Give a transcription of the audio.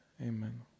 amen